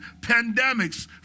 pandemics